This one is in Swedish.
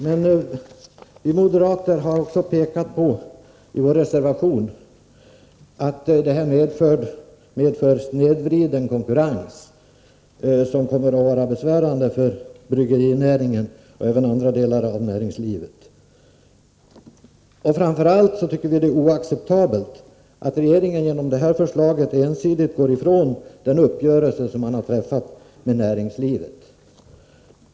Men vi moderater har i vår reservation också pekat på att förslaget, om det genomförs, kommer att medföra en snedvridning av konkurrensen, som kommer att vara besvärande för bryggerinäringen och även för andra delar av näringslivet. Vi tycker framför allt att det är oacceptabelt att regeringen genom detta förslag ensidigt går ifrån den uppgörelse som har träffats med näringslivet.